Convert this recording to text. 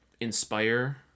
inspire